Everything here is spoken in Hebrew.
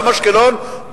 גם אשקלון,